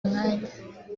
mwanya